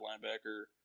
linebacker